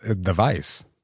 device